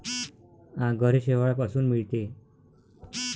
आगर हे शेवाळापासून मिळते